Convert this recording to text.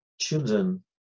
children